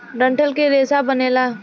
डंठल के रेसा बनेला